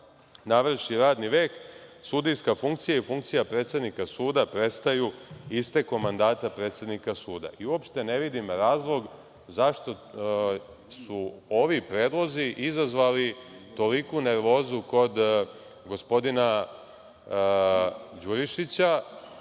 navrši radni vek sudijska funkcija i funkcija predsednika suda prestaju istekom mandata predsednika suda. Uopšte ne vidim razlog zašto su ovi predlozi izazvali toliku nervozu kod gospodina Đurišića